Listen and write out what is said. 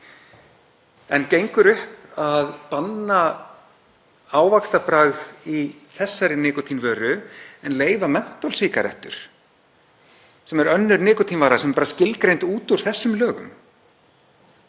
En gengur upp að banna ávaxtabragð í þessari nikótínvöru en leyfa mentólsígarettur sem er önnur nikótínvara sem er skilgreind út úr þessum lögum?